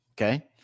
Okay